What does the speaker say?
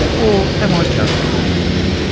or am i just really boring?